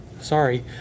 sorry